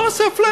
בואו נעשה flat.